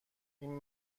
این